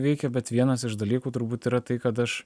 veikia bet vienas iš dalykų turbūt yra tai kad aš